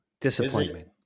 disappointment